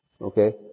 Okay